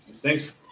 Thanks